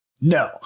no